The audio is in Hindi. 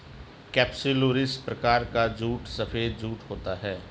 केपसुलरिस प्रकार का जूट सफेद जूट होता है